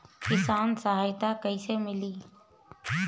किसान सहायता कईसे मिली?